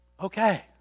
Okay